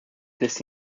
this